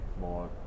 more